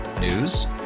News